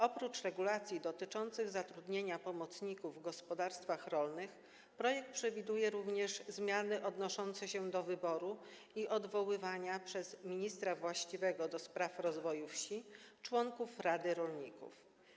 Oprócz regulacji dotyczących zatrudniania pomocników w gospodarstwach rolnych projekt przewiduje również zmiany odnoszące się do wyboru i odwoływania przez ministra właściwego do spraw rozwoju wsi członków Rady Rolników.